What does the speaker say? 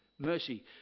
Mercy